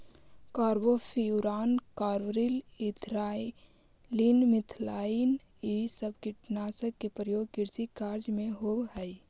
carbofuran, carbaryl, ethylene, methylene इ सब कीटनाशक के प्रयोग कृषि कार्य में होवऽ हई